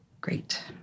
Great